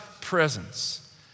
presence